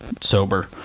sober